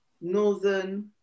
northern